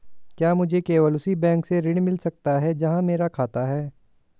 क्या मुझे केवल उसी बैंक से ऋण मिल सकता है जहां मेरा खाता है?